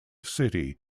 city